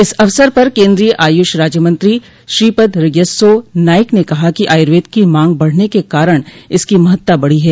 इस अवसर पर केन्द्रीय आयुष राज्य मंत्री श्रीपद यस्सो नाईक ने कहा कि आयुर्वेद की मांग बढ़ने के कारण इसकी महत्ता बढ़ी है